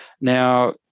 Now